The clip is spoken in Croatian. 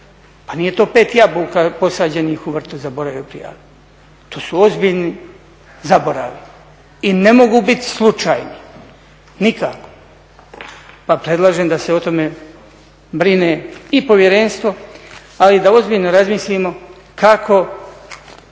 Pa nije to 5 jabuka posađenih u vrtu zaboravio prijaviti. To su ozbiljni zaboravi i ne mogu biti slučajni, nikako pa predlažem da se o tome brine i Povjerenstvo, ali i da ozbiljno razmislimo kako